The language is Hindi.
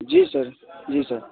जी सर जी सर